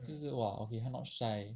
就是 !wah! 她 not shy